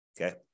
Okay